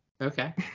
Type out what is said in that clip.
Okay